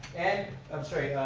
and i'm sorry,